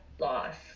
loss